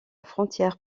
frontière